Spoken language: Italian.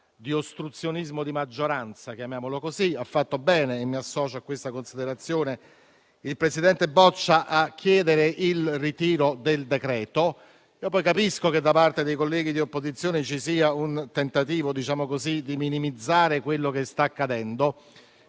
di ostruzionismo di maggioranza, chiamiamolo così. Ha fatto bene - e mi associo a questa considerazione - il presidente Boccia a chiedere il ritiro del provvedimento. Capisco che da parte dei colleghi di maggioranza ci sia un tentativo di minimizzare quello che sta accadendo.